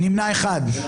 הצבעה לא אושרו.